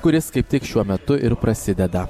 kuris kaip tik šiuo metu ir prasideda